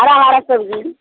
हरा हरा सब्जी